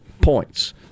points